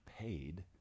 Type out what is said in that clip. paid